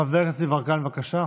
חבר הכנסת יברקן, בבקשה.